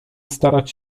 starać